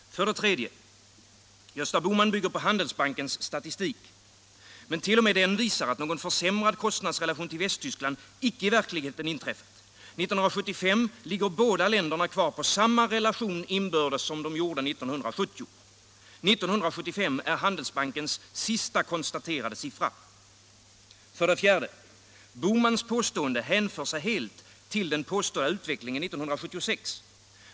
För det tredje: Gösta Bohman bygger på Handelsbankens statistik. Men t.o.m. den visar att någon försämrad kostnadsrelation till Västtyskland i verkligheten icke inträffat. 1975 ligger båda länderna kvar på samma relation inbördes som de låg på 1970. Uppgiften för 1975 är Handelsbankens sista konstaterade siffra. För det fjärde: Herr Bohmans påstående hänför sig helt till den påstådda utvecklingen 1976.